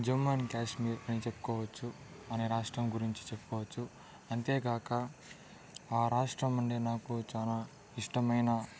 Jammu and Kashmir అని చెప్పుకోవచ్చు అనే రాష్ట్రం గురించి చెప్పుకోవచ్చు అంతేగాక ఆ రాష్ట్రం నుండి నాకు చాలా ఇష్టమైన